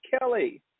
Kelly